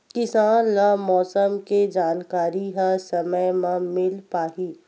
किसान ल मौसम के जानकारी ह समय म मिल पाही?